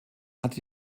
hatte